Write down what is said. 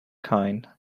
kind